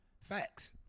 Facts